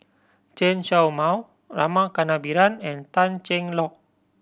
Chen Show Mao Rama Kannabiran and Tan Cheng Lock